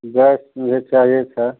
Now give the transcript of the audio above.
gas मुझे चाहिए sir